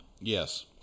Yes